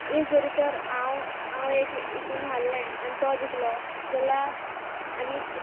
if जरी तर हांव हांव एक हितू हारलें आनी तो जिकलो जाल्यार आनी